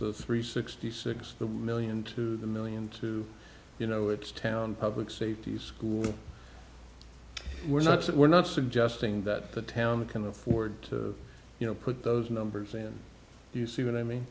the three sixty six the million to the million to you know it's town public safety school we're not we're not suggesting that the town can afford to you know put those numbers in you see what i mean